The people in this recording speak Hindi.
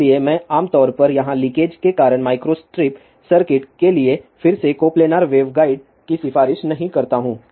इसलिए मैं आमतौर पर यहां लीकेज के कारण माइक्रोस्ट्रिप सर्किट के लिए फिर से कोपलानर वेवगाइड की सिफारिश नहीं करता हूं